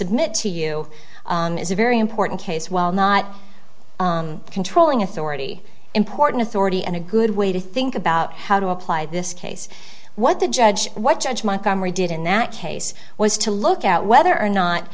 submit to you is a very important case while not controlling authority important authority and a good way to think about how to apply this case what the judge what judge my camry did in that case was to look at whether or not